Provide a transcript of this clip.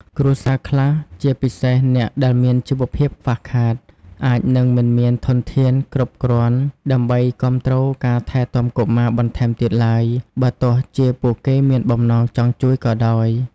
គ្រួសារខ្លះ ជាពិសេសអ្នកដែលមានជីវភាពខ្វះខាត អាចនឹងមិនមានធនធានគ្រប់គ្រាន់ដើម្បីគាំទ្រការថែទាំកុមារបន្ថែមទៀតឡើយ បើទោះជាពួកគេមានបំណងចង់ជួយក៏ដោយ។